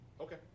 Okay